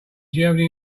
germany